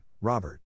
Robert